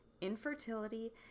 infertility